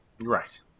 Right